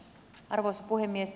arvoisa puhemies